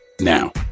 now